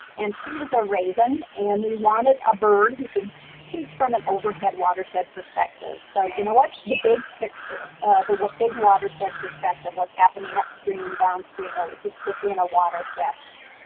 and she is a raven, and we wanted a bird who could teach from an overhead watershed perspective. so you know what the big picture the one big watershed perspective, what's happening upstream downstream or just within a watershed,